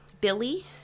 Billy